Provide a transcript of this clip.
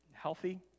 Healthy